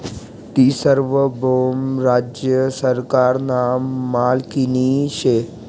ती सार्वभौम राज्य सरकारना मालकीनी शे